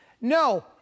No